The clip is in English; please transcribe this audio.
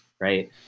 right